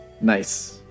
nice